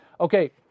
Okay